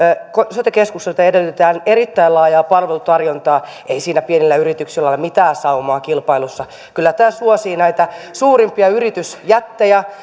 sote keskuksilta edellytetään erittäin laajaa palvelutarjontaa ei siinä pienillä yrityksillä ole mitään saumaa kilpailussa kyllä tämä suosii näitä suurimpia yritysjättejä